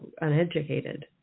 uneducated